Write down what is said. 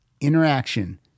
interaction